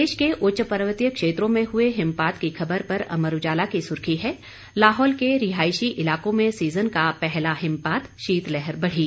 प्रदेश के उच्चपर्वतीय क्षेत्रों में हुए हिमपात की खबर पर अमर उजाला की सुर्खी है लाहौल के रिहायशी इलाकों में सीजन का पहला हिमपात शीतलहर बढ़ी